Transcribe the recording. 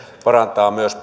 vahvistaa myös